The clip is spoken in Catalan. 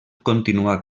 continuà